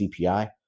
CPI